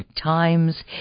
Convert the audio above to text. times